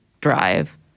drive